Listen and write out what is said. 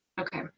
Okay